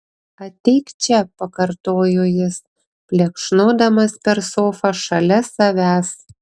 ateik čia pakartojo jis plekšnodamas per sofą šalia savęs